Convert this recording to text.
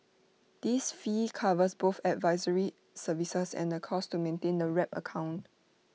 this fee covers both advisory services and the costs to maintain the wrap account